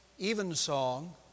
Evensong